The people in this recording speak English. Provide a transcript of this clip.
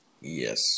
Yes